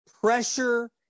pressure